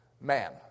Man